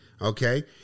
okay